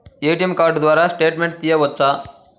ATM card ద్వారా statement తీయవచ్చా?